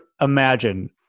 imagine